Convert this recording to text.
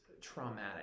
traumatic